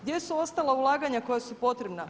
Gdje su ostala ulaganja koja su potrebna?